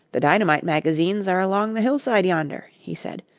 the dynamite-magazines are along the hillside yonder, he said.